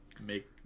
make